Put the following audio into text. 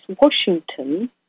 Washington